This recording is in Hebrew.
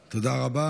תודה רבה.